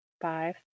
five